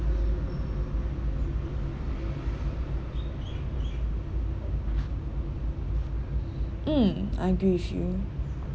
mm I agree with you